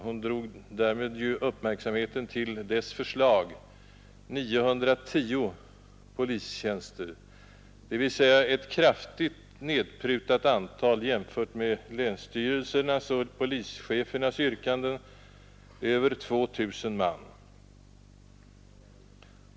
Hon drog därmed uppmärksamheten till dess förslag, 910 nya polistjänster, dvs. ett kraftigt nedprutat antal jämfört med länsstyrelsernas och polischefernas yrkanden på över 2 000 man.